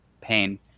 pain